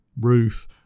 roof